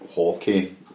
hockey